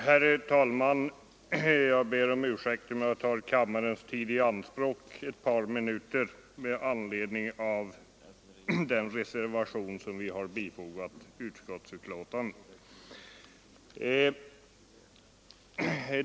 Herr talman! Jag ber om ursäkt för att jag tar kammarens tid i anspråk ett par minuter med anledning av den reservation som fogats till utskottsbetänkandet.